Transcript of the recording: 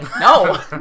No